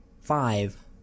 five